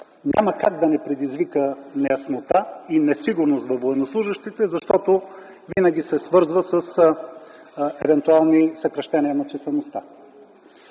няма как да не предизвика неяснота и несигурност във военнослужещите, защото винаги се свързва с евентуални съкращения на числеността.